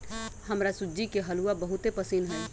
हमरा सूज्ज़ी के हलूआ बहुते पसिन्न हइ